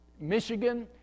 Michigan